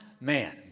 man